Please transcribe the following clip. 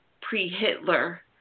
pre-Hitler